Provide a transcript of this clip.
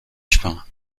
chemin